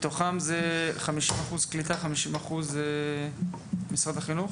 שמתוכם 50% זה משרד הקליטה ו-50% זה משרד החינוך?